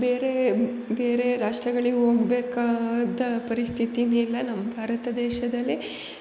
ಬೇರೇ ಬೇರೆ ರಾಷ್ಟ್ರಗಳಿಗೆ ಹೋಗಬೇಕಾದ ಪರಿಸ್ಥಿತಿನೆಲ್ಲ ನಮ್ಮ ಭಾರತ ದೇಶದಲ್ಲೇ